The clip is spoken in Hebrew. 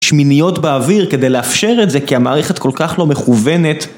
שמיניות באוויר כדי לאפשר את זה כי המערכת כל כך לא מכוונת.